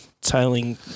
tailing